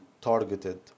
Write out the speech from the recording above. targeted